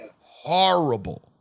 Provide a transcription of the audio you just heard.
horrible